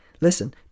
listen